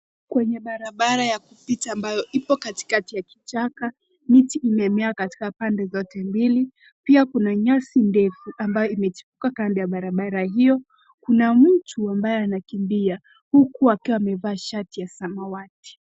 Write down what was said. Kwenye barabara ya kupita ambayo ipo katikati ya kichaka. Miti imemea katika pande zote mbili. Pia kuna nyasi ndefu ambayo imechipuka kando ya barabara hiyo. Kuna mtu ambaye anakimbia huku akiwa amevaa shati ya samawati.